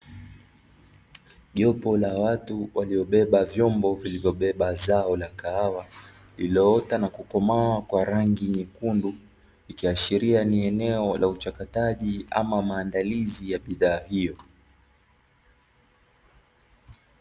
Jopo la watu waliobeba vyombo vilivyobeba zao la kahawa, lililoota na kukomaa Kwa rangi nyekundu, ikiashiria ni eneo la uchakataji ama maandalizi ya bidhaa hiyo.